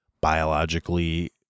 biologically